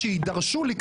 איך אתה מושל?